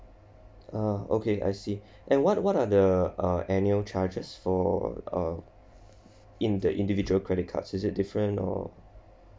ah okay I see and what what are the uh annual charges for uh in the individual credit cards is it different or